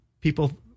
people